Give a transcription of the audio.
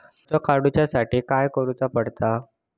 कर्ज काडूच्या साठी काय करुचा पडता?